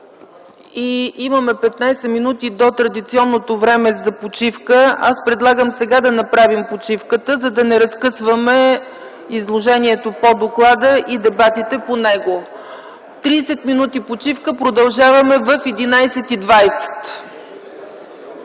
и имаме 15 минути до традиционното време за почивка, предлагам сега да направим почивката, за да не разкъсваме изложението по доклада и дебатите по него. Тридесет минути почивка. Продължаваме в 11,20